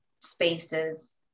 spaces